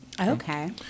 okay